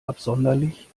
absonderlich